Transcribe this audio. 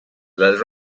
las